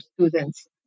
students